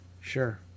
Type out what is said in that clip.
Sure